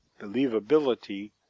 believability